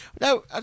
No